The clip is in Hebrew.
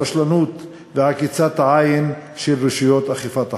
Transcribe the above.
הרשלנות ועצימת העין של רשויות אכיפת החוק.